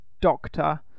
doctor